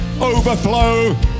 Overflow